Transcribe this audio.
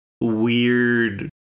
weird